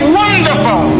wonderful